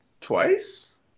twice